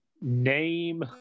name